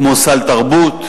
כמו סל תרבות,